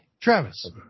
Travis